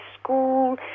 school